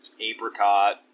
apricot